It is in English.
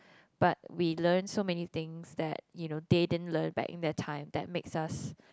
but we learn so many things that you know they didn't learn back in their time that makes us